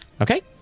Okay